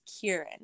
Kieran